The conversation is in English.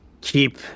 keep